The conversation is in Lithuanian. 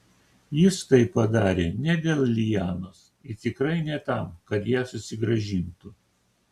jis tai padarė ne dėl lianos ir tikrai ne tam kad ją susigrąžintų